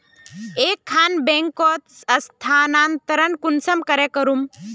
एक खान बैंकोत स्थानंतरण कुंसम करे करूम?